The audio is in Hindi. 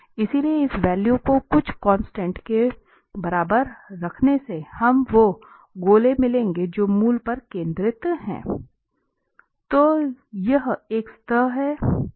इसलिए इस वैल्यू को कुछ कांस्टेंट के बराबर रखने से हमें वे गोले मिलेंगे जो मूल पर केंद्रित हैं